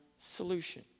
solution